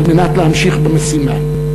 על מנת להמשיך במשימה.